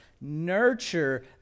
nurture